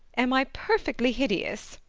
am i perfectly hideous?